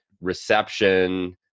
reception